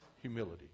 humility